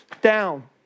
down